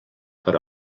per